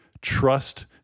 trust